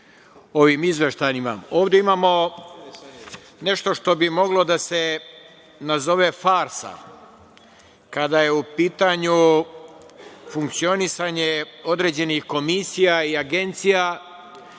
ovim izveštajima. Ovde imamo nešto što bi moglo da se nazove farsa. Kada je u pitanju funkcionisanje određenih komisija i agencija,